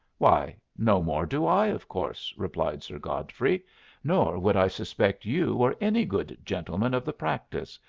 why no more do i, of course, replied sir godfrey nor would i suspect you or any good gentleman of the practice,